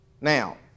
Now